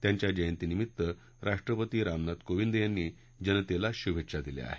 त्यांच्या जयंतीनिमित्त राष्ट्रपती राम नाथ कोविंद यांनी जनतेला शुभेच्छा दिल्या आहेत